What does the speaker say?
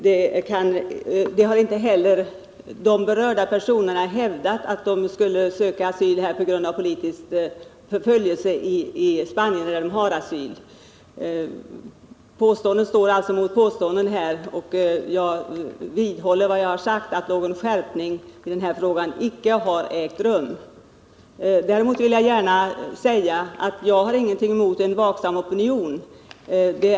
De berörda personerna har inte heller hävdat att de sökte asyl här i Sverige på grund av politisk förföljelse i Spanien, där de redan har asyl. Påstående står här alltså mot påstående. Jag vidhåller vad jag har sagt, nämligen att någon skärpning i denna fråga icke har ägt rum. Däremot vill jag säga att jag ingenting har emot en vaksam opinion.